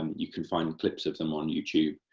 um you can find clips of them on youtube,